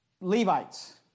Levites